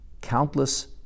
countless